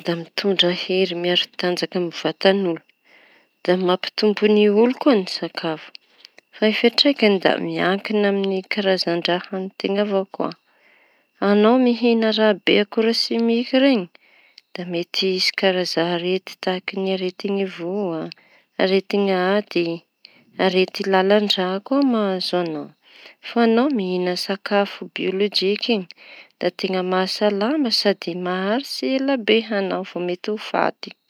Mitondra hery miaro tanjaky amin'ny vatany olona, da mampitombo ny olo koa ny sakafo fa ny fiantraikany da miankina amin'ny karazan-draha haniteña avao koa añao mihina raha be akora simiky ireñy da mety hisy karaza arety tahaky aretin'aty, arety lalan-dra koa mahazo añao mihina sakafo biolojiky iñy da teña mahasalama sady maharitsy ela be vao mety ho faty.